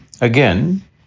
Again